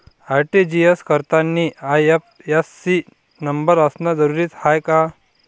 RTGS करतांनी IFSC न number असनं जरुरीच हाय का?